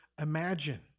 Imagine